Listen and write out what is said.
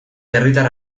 herritar